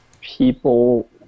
people